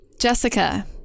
Jessica